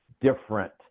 different